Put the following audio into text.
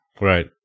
right